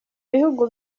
bihugu